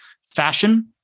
fashion